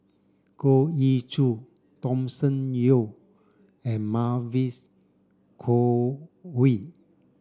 Goh Ee Choo Thomas Yeo and Mavis Khoo Oei